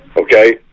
okay